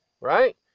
right